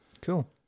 Cool